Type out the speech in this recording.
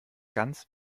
ganz